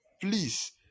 Please